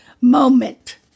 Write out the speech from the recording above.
moment